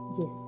Yes